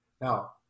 Now